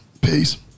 Peace